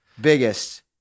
Biggest